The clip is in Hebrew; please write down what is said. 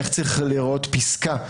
איך צריכה להיראות פסקה,